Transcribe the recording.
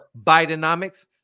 Bidenomics